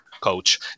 coach